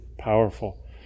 powerful